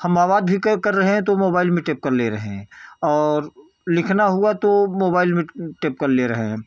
हम आवाज़ भी कर रहे हैं तो मोबाइल में टेप कर ले रहे हैं और लिखना हुआ तो मोबाइल में टेप कर ले रहे हैं